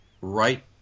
right